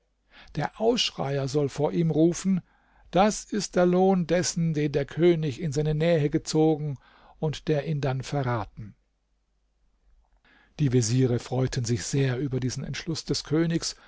der ausschreier soll vor ihm rufen das ist der lohn dessen den der könig in seine nähe gezogen und der ihn dann verraten die veziere freuten sich sehr über diesen entschluß des königs